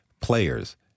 players